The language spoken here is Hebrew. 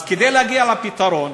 אז כדי להגיע לפתרון